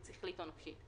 לא נדרשת זה